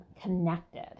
connected